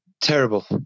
Terrible